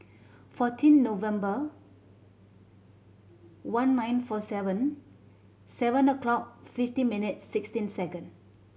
fourteen November one nine four seven seven o'clock fifty minutes sixteen second